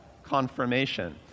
confirmation